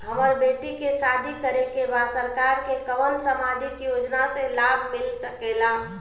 हमर बेटी के शादी करे के बा सरकार के कवन सामाजिक योजना से लाभ मिल सके ला?